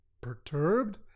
perturbed